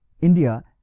India